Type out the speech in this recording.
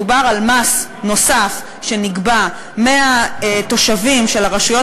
מדובר במס נוסף שנגבה מהתושבים של הרשויות